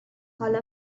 حالا